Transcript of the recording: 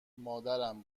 مادرم